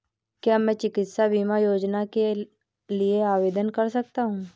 क्या मैं चिकित्सा बीमा योजना के लिए आवेदन कर सकता हूँ?